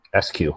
SQ